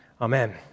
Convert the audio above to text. Amen